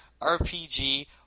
RPG